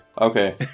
Okay